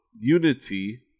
Unity